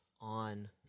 on